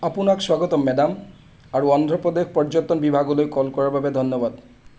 আপোনাক স্বাগতম মেডাম আৰু অন্ধ্ৰ প্ৰদেশ পৰ্য্যটন বিভাগলৈ কল কৰাৰ বাবে ধন্যবাদ